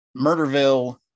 Murderville